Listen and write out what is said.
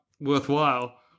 Worthwhile